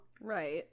Right